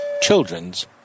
children's